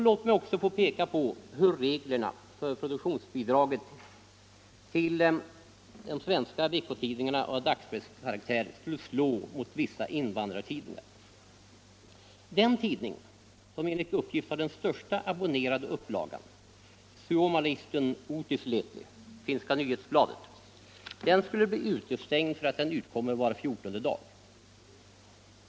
Låt mig också få peka på hur reglerna för produktionsbidraget till de svenska veckotidningarna av dagspresskaraktär skulle slå mot vissa invandrartidningar. Den tidning som enligt uppgift har den största abonnerade upplagan, Suomalaisten Uutislehti — Finska Nyhetsbladet — skulle bli utestängd därför att den utkommer var fjortonde dag.